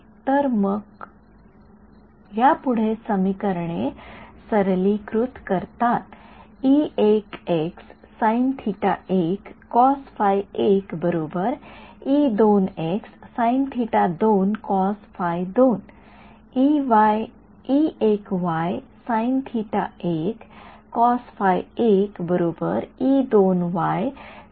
तर मग ते यापुढे समीकरणे सरलीकृत करतात